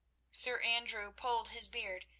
sir andrew pulled his beard,